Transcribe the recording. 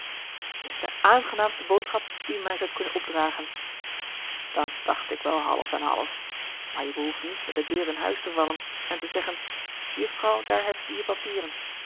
t is de aangenaamste boodschap die u mij zoudt kunnen opdragen dat dacht ik wel half en half maar je behoeft niet gerard keller het testament van mevrouw de tonnette met de deur in huis te vallen en te zeggen jufvrouw daar heb-je je papieren